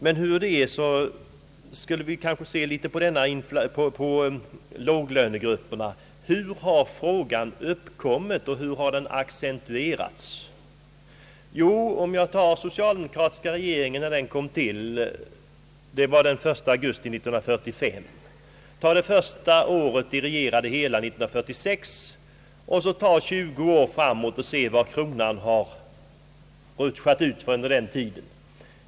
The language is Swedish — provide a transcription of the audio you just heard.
Men vi skulle tala om låglönegrupperna. Hur har frågan uppkommit och hur har den accentuerats? Den socialdemokratiska regeringen — efter samlingsregeringen — kom till den 1 augusti 1945. Ta året 1946 och ytterligare 20 år framåt och se hur kronans värde har rutschat utför under denna tid!